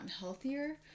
healthier